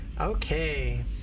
Okay